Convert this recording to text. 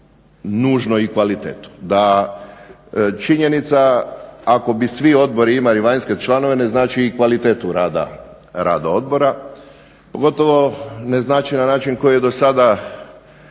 Da činjenica ako bi svi odbori imali vanjske članove ne znači i kvalitetu rada odbora, pogotovo ne znači na način koji je dosada bio